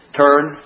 turn